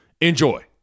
Enjoy